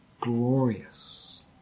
glorious